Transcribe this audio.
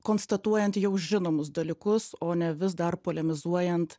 konstatuojant jau žinomus dalykus o ne vis dar polemizuojant